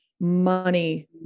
money